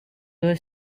was